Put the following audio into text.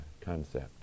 concept